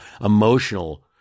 emotional